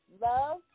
love